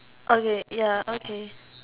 okay ya okay